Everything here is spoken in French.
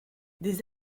des